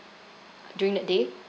during that day